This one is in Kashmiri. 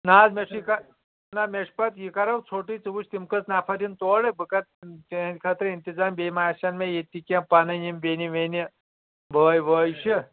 نا حظ مےٚ چُھ کَ نا مےٚ چُھ پَتہ یہِ کَرو ژھٛوٹٕے ژٕ وٕچھ تِم کٔژ نَفر یِن تورٕ بہٕ کَرٕ تِہندِ خٲطرٕ انتظام بیٚیہِ ما آسن مےٚ ییٚتہ کینٛہہ پَنٕنۍ یِم بیٚنہ ویٚنہ بٲے وٲے چِھ